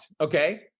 okay